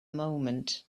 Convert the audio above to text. moment